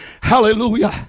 hallelujah